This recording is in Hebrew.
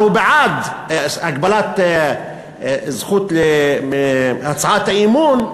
אבל הוא בעד הגבלת הזכות להצעת האי-אמון,